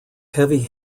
heavy